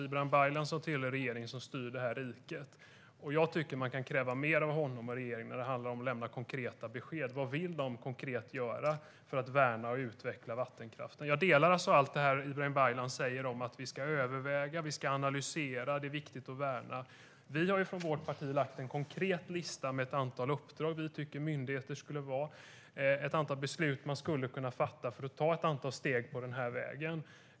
Ibrahim Baylan tillhör ju regeringen, som styr riket. Jag tycker att man kan kräva mer av honom och regeringen när det gäller konkreta besked. Vad vill de konkret göra för att värna och utveckla vattenkraften? Jag håller med om det som Ibrahim Baylan säger om att vi ska överväga och analysera och att det är viktigt att värna. Från vårt parti har vi lagt fram en konkret lista med ett antal uppdrag vi tycker att myndigheter skulle ha och ett antal beslut man skulle kunna fatta för att ta några steg på den här vägen.